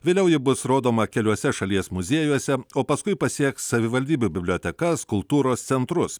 vėliau ji bus rodoma keliuose šalies muziejuose o paskui pasieks savivaldybių bibliotekas kultūros centrus